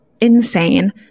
insane